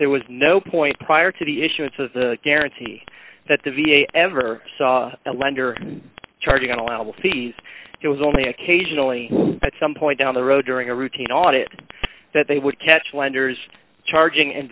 there was no point prior to the issuance of the guarantee that the v a ever saw a lender charging an allowable fees it was only occasionally at some point down the road during a routine audit that they would catch lenders charging